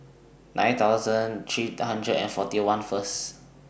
nine thousand three hundred and forty one First